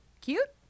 Cute